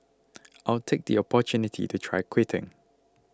I'll take the opportunity to try quitting